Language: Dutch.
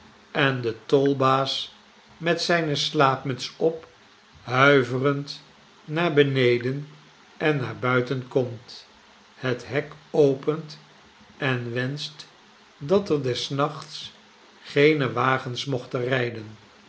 en de tolbaas met zijne slaapmuts op huiverend naar beneden en naar buiten komt het hek opent en wenscht dat er des nachts geene wagens mochten rijden